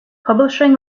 publishing